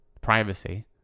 privacy